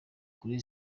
kuri